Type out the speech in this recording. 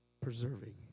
preserving